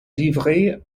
livré